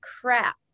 crap